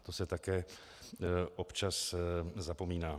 To se také občas zapomíná.